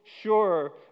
sure